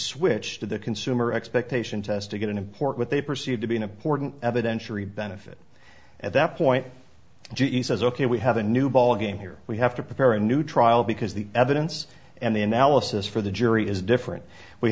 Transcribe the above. switch to the consumer expectation test to get an import what they perceived to be an important evidentiary benefit at that point g e says ok we have a new ballgame here we have to prepare a new trial because the evidence and the analysis for the jury is different we